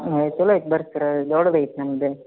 ಹ್ಞೂ ಚಲೋ ಐತೆ ಬನ್ರಿ ಸರ ದೊಡ್ಡದೈತ್ ನಮ್ಮದೆ